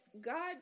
God